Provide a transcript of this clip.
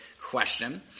question